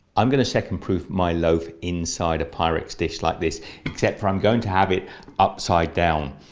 i'm going to second proof my loaf inside a pyrex dish like this except for i'm going to have it upside down.